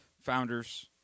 founders